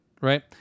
Right